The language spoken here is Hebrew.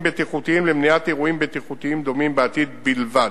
בטיחותיים למניעת אירועים בטיחותיים דומים בעתיד בלבד.